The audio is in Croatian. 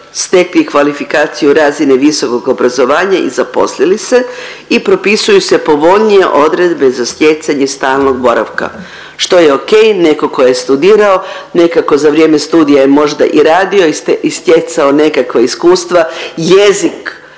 stekli kvalifikaciju razine visokog obrazovanja i zaposlili se i propisuju se povoljnije odredbe za stjecanje stalnog boravka. Što je ok, netko tko je studirao nekako za vrijeme studija je možda i radio i stjecao nekakva iskustva. Jezik